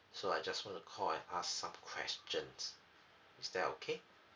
so I just want to call and ask some questions is that okay